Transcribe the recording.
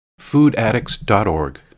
foodaddicts.org